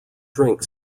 drink